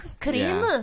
Cream